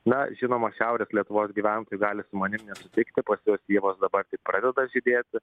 na žinoma šiaurės lietuvos gyventojai gali su manim nesutikti pas juos ievos dabar tik pradeda žydėti